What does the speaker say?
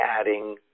adding